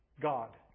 God